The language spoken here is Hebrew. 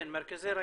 כן, מרכזי ריאן.